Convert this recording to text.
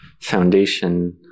foundation